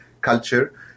culture